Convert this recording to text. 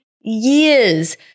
years